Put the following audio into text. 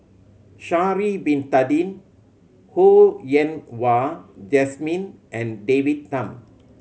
Sha'ari Bin Tadin Ho Yen Wah Jesmine and David Tham